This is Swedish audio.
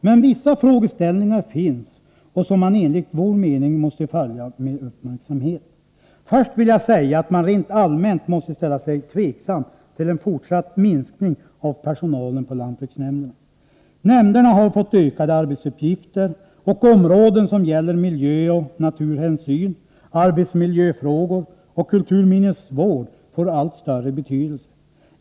Men vissa frågeställningar finns som man enligt vår mening måste följa med uppmärksamhet. Först vill jag säga att man rent allmänt måste ställa sig tveksam till en fortsatt minskning av personalen på lantbruksnämnderna. Nämnderna har fått ökade arbetsuppgifter, och områden som gäller miljöoch naturhänsyn, arbetsmiljöfrågor och kulturminnesvård får allt större betydelse.